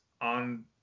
on